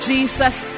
Jesus